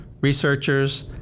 researchers